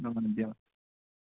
অ' দিয়ক